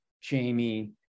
Jamie